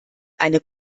eine